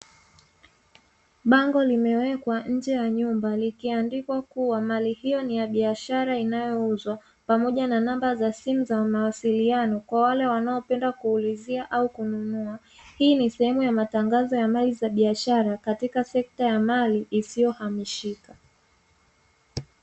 Bango limewekwa nje ya nyumba likiandikwa kuwa mali hiyo ni ya biashara inayouzwa pamoja na namba za simu za mawasiliano kwa wale wanaopenda kuulizia au kununua. Hii ni sehemu ya matangazo ya mali za biashara katika sekta ya mali isiyohamishika.